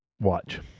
watch